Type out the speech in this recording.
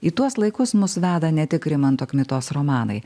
į tuos laikus mus veda ne tik rimanto kmitos romanai